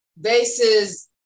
bases